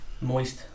Moist